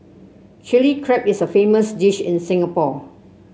Chilli Crab is a famous dish in Singapore